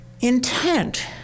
intent